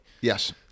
yes